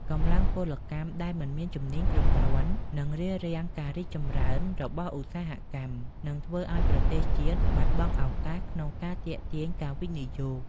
កម្លាំងពលកម្មដែលមិនមានជំនាញគ្រប់គ្រាន់នឹងរារាំងការរីកចម្រើនរបស់ឧស្សាហកម្ម និងធ្វើឱ្យប្រទេសជាតិបាត់បង់ឱកាសក្នុងការទាក់ទាញការវិនិយោគ។